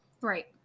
Right